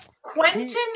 Quentin